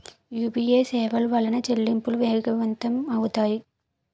UPA సేవల వలన చెల్లింపులు వేగవంతం అవుతాయి